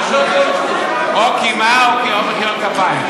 או קימה או מחיאות כפיים.